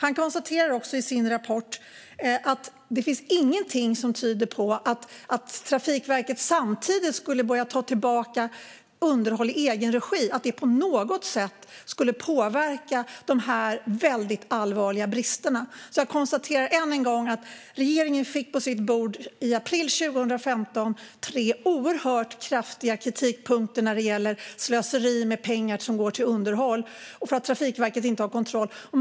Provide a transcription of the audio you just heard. Han konstaterar också i sin rapport att det inte finns någonting som tyder på att det på något sätt skulle påverka de här väldigt allvarliga bristerna att Trafikverket samtidigt börjar ta tillbaka underhåll i egen regi. Jag konstaterar än en gång att regeringen i april 2015 fick på sitt bord tre oerhört kraftiga kritikpunkter när det gäller slöseri med pengar som går till underhåll för att Trafikverket inte har kontroll.